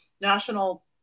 national